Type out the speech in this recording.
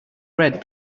bread